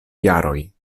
jaroj